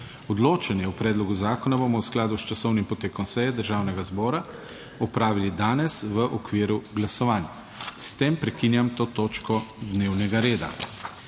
Odločanje o predlogu zakona bomo v skladu s časovnim potekom seje Državnega zbora opravili danes v okviru glasovanj. S tem prekinjam to točko dnevnega reda.